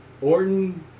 Orton